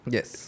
Yes